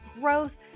growth